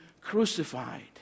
crucified